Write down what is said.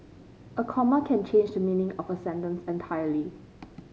a comma can change the meaning of a sentence entirely